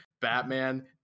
Batman